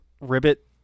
ribbit